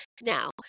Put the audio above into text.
Now